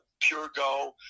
PureGo